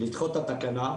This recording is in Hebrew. לדחות את התקנה.